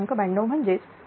92 म्हणजेच 0